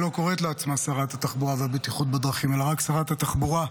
שלא קוראת לעצמה שרת התחבורה והבטיחות בדרכים אלא רק שרת התחבורה,